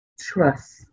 Trust